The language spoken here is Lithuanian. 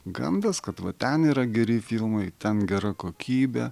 gandas kad va ten yra geri filmai ten gera kokybė